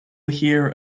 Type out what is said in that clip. hear